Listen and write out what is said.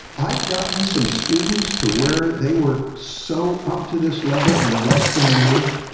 i've gotten some students to where they were so up to this level in less than a year,